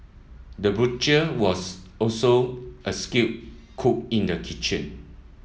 the butcher was also a skilled cook in the kitchen